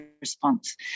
response